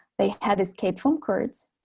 they had escaped from kurds,